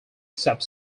except